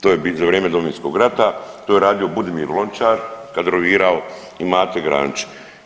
To je bit, za vrijeme Domovinskog rata to je radio Budimir Lončar, kadrovirao i Mate Granić.